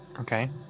Okay